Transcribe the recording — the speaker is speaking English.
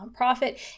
nonprofit